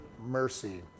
mercy